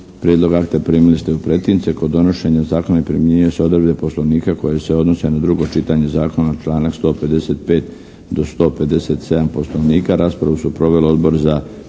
Prijedlog akta primili ste u pretince. Kod donošenja zakona primjenjuju se odredbe Poslovnika koje se odnose na drugo čitanje zakona članak 155. do 157. Poslovnika. Raspravu su proveli Odbor za